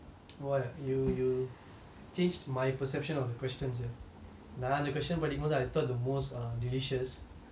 !wah! you you changed my perception of the question sia நான் இந்த:naan intha question படிக்கும் போது:padikum pothu I thought the most delicious